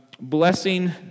blessing